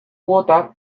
kuota